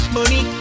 Money